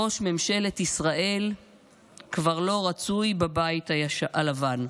ראש ממשלת ישראל כבר לא רצוי בבית הלבן,